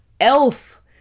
Elf